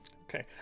Okay